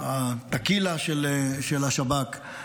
טקילה של השב"כ,